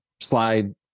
slide